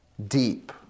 Deep